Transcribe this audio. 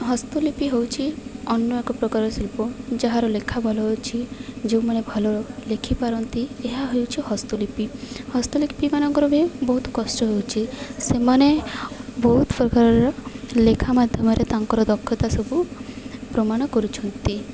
ହସ୍ତଲିପି ହେଉଛିି ଅନ୍ୟ ଏକ ପ୍ରକାର ଶିଲ୍ପ ଯାହାର ଲେଖା ଭଲ ଅଛି ଯେଉଁମାନେ ଭଲ ଲେଖିପାରନ୍ତି ଏହା ହେଉଛି ହସ୍ତଲିପି ହସ୍ତଲିପିମାନଙ୍କର ବି ବହୁତ କଷ୍ଟ ହେଉଛି ସେମାନେ ବହୁତ ପ୍ରକାରର ଲେଖା ମାଧ୍ୟମରେ ତାଙ୍କର ଦକ୍ଷତା ସବୁ ପ୍ରମାଣ କରୁଛନ୍ତି